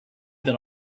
that